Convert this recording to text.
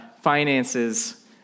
finances